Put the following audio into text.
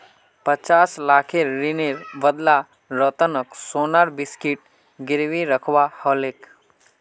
पचास लाखेर ऋनेर बदला रतनक सोनार बिस्कुट गिरवी रखवा ह ले